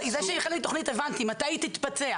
זה שזה חלק מתוכנית הבנתי, מתי היא תתבצע?